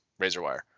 Razorwire